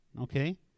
okay